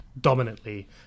dominantly